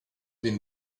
been